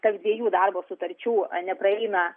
tarp dviejų darbo sutarčių nepraeina